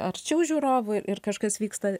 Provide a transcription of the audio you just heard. arčiau žiūrovų ir kažkas vyksta